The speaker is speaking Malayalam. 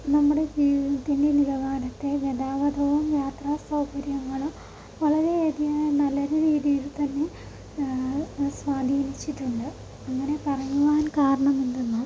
നമ്മുടെ ജീവിതത്തിലെ നിലവാരത്തെ ഗതാഗതവും യാത്ര സൗകര്യങ്ങളും വളരെ അധികം നല്ലൊരു രീതിയിൽ തന്നെ സ്വാധീനിച്ചിട്ടുണ്ട് അങ്ങനെ പറയുവാൻ കാരണമെന്തെന്നാൽ